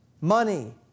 money